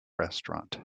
restaurant